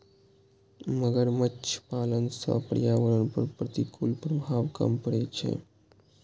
मगरमच्छ पालन सं पर्यावरण पर प्रतिकूल प्रभाव कम पड़ै छै